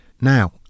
Now